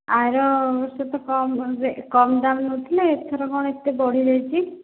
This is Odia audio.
ଆର ବର୍ଷ ତ କମ୍ରେ କମ୍ ଦାମ୍ ନେଉଥିଲ ଏଥର କ'ଣ ଏତେ ବଢ଼ିଯାଇଛି